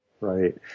Right